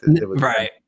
Right